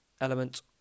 element